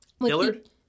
Dillard